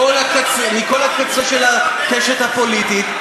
מכל הקצוות של הקשת הפוליטית.